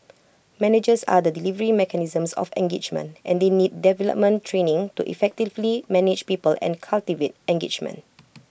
managers are the delivery mechanism of engagement and they need development training to effectively manage people and cultivate engagement